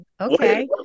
okay